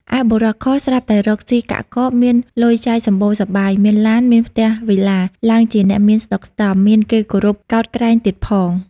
ឯបុរស ខ ស្រាប់តែរកស៊ីកាក់កប មានលុយចាយសម្បូរសប្បាយ មានឡាន មានផ្ទះវិឡា ឡើងជាអ្នកមានស្តុកស្តម្ភ មានគេគោរពកោតក្រែងទៀតផង ។